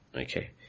Okay